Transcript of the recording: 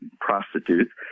prostitutes